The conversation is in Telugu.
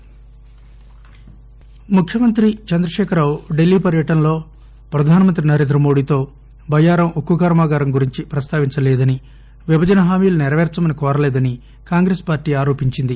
కాంగ్రెస్ ముఖ్యమంత్రి చంద్రశేఖర్రావు ఢిల్లీ పర్యటనలో ప్రధానమంత్రి నరేంద్రమోదీతో బయ్యారం ఉక్కు కర్మాగారం గురించి ప్రస్తావించలేదననీ విభజన హామీలు నెరవేర్సమని కోరలేదనీ కాంగ్రెస్ పార్టీ ఆరోపించింది